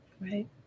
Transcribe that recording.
Right